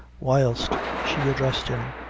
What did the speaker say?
whilst she addressed him.